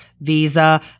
Visa